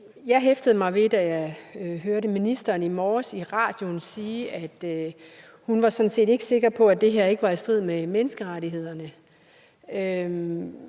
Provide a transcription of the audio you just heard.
Jeg hæftede mig ved det, jeg hørte ministeren sige i morges i radioen, nemlig at hun sådan set ikke er sikker på, at det her ikke er i strid med menneskerettighederne.